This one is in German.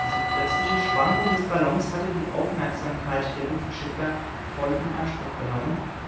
diese plötzliche schwankung des ballons hatte die aufmerksamkeit der luftschiffer voll in anspruch genommen